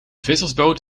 vissersboot